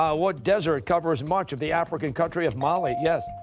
ah what desert covers much of the african country of mali? yes?